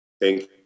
Thank